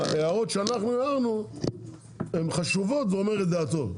בהערות שאנחנו הערנו הן חשובות והוא אומר את דעתו.